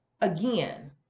again